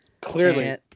Clearly